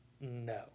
No